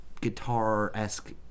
guitar-esque